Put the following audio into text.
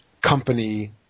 company